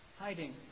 hiding